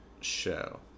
show